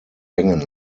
hängen